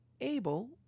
able